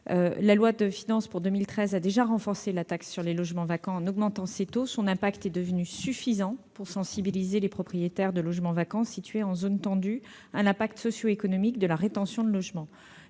La loi de finances pour 2013 a déjà renforcé la taxe sur les logements vacants en augmentant ses taux. Son poids est devenu suffisant pour sensibiliser les propriétaires de logements vacants situés en zones tendues à l'incidence socioéconomique de la rétention de logements.